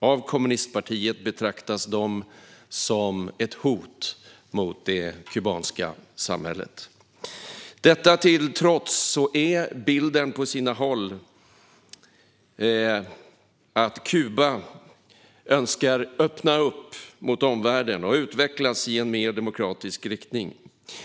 Av kommunistpartiet betraktas de som ett hot mot det kubanska samhället. Detta till trots är bilden på sina håll att Kuba önskar öppna upp mot omvärlden och utvecklas i en mer demokratisk riktning.